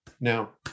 now